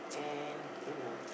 and you know